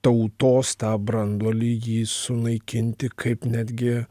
tautos tą branduolį jį sunaikinti kaip netgi